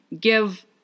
give